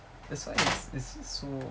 that's why it's it's just so